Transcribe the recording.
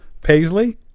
paisley